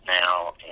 now